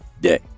day